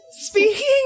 speaking